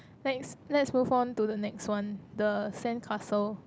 let's let's move on to the next one the sandcastle